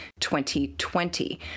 2020